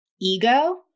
ego